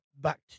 back